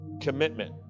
Commitment